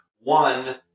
one